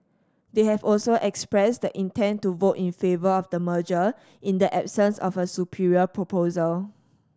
they have also expressed the intent to vote in favour of the merger in the absence of a superior proposal